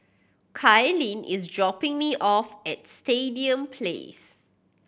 Cailyn is dropping me off at Stadium Place